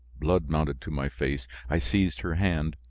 blood mounted to my face. i seized her hand.